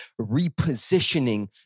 repositioning